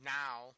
now